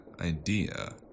idea